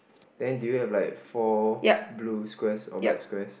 then do you have like four blue squares or black squares